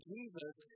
Jesus